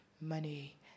money